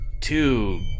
two